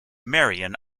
marion